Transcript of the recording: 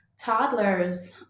Toddlers